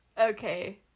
Okay